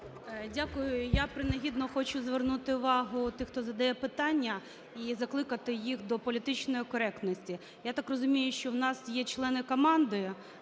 Дякую. Я принагідно хочу звернути увагу тих, хто задає питання, і закликати їх до політичної коректності. Я так розумію, що в нас є члени команди